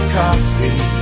coffee